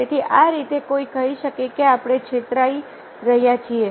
તેથી આ રીતે કોઈ કહી શકે કે આપણે છેતરાઈ રહ્યા છીએ